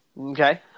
Okay